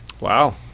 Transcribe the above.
Wow